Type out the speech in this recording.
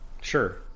Sure